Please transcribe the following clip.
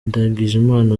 ndagijimana